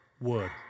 word